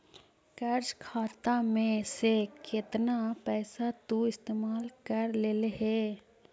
कर्ज खाता में से केतना पैसा तु इस्तेमाल कर लेले हे